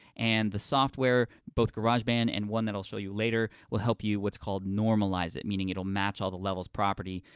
and the software, both garageband and one that i'll show you later, will help you, what's called, normalize it, meaning it'll match all the levels, property,